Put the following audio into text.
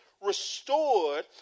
restored